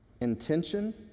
Intention